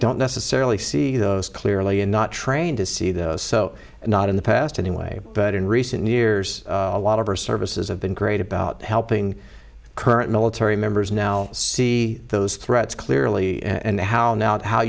don't necessarily see those clearly i'm not trained to see those so i'm not in the past anyway but in recent years a lot of our services have been great about helping current military members now see those threats clearly and how